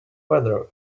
weather